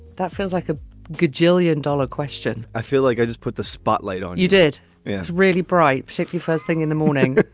that feels like a good jillion dollar question. i feel like i just put the spotlight on you. did it's really bright, sexy first thing in the morning.